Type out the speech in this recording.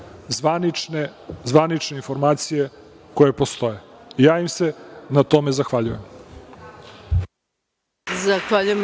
zvanične informacije koje postoje. Ja im se na tome zahvaljujem.